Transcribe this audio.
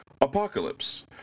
Apocalypse